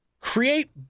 create